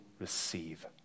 receive